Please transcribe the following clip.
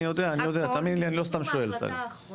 אני אומרת לך, 100 ימי החסד נגמרו.